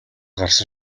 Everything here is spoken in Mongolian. гарсан